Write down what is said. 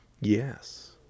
Yes